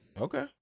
Okay